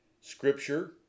scripture